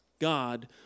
God